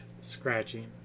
Scratching